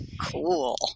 Cool